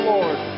Lord